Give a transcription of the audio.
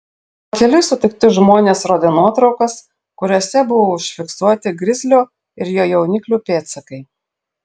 pakeliui sutikti žmonės rodė nuotraukas kuriose buvo užfiksuoti grizlio ir jo jauniklių pėdsakai